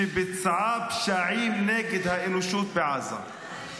שביצעה פשעים נגד האנושות בעזה.